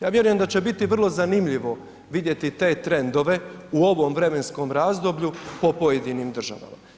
Ja vjerujem da će biti vrlo zanimljivo vidjeti te trendove u ovom vremenskom razdoblju po pojedinim državama.